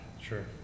Sure